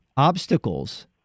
obstacles